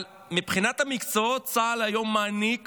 אבל מבחינת המקצועות צה"ל היום מעניק